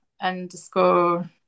underscore